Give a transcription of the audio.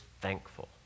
thankful